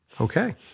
Okay